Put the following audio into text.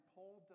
Paul